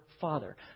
father